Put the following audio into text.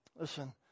Listen